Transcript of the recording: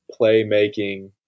playmaking